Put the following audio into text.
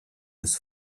des